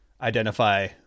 Identify